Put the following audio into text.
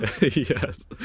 Yes